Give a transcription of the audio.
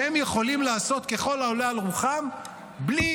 שהם יכולים לעשות ככל העולה על רוחם בלי